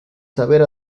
saber